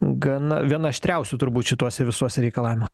gana viena aštriausių turbūt šituose visuose reikalavimų